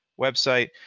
website